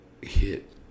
hit